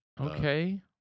Okay